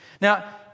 Now